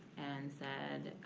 and said,